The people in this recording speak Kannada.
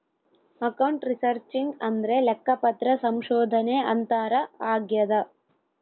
ಅಕೌಂಟ್ ರಿಸರ್ಚಿಂಗ್ ಅಂದ್ರೆ ಲೆಕ್ಕಪತ್ರ ಸಂಶೋಧನೆ ಅಂತಾರ ಆಗ್ಯದ